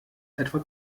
etwa